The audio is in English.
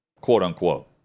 quote-unquote